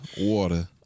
water